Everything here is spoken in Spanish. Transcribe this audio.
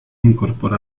incorpora